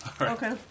Okay